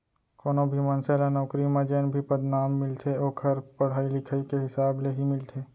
कोनो भी मनसे ल नउकरी म जेन भी पदनाम मिलथे ओखर पड़हई लिखई के हिसाब ले ही मिलथे